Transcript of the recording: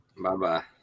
Bye-bye